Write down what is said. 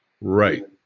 Right